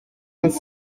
nous